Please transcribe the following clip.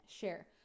share